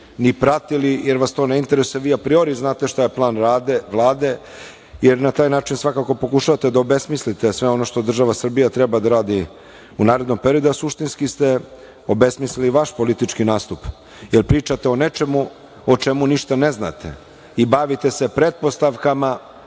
ni pratili jer vas to ne interesuje. Vi apriori znate šta je plan Vlade, jer na taj način svakako pokušavate da obesmislite sve ono što država Srbija treba da radi u narednom periodu, a suštinski ste obesmislili vaš politički nastup jer pričate o nečemu o čemu ništa ne znate i bavite se pretpostavkama,